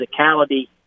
physicality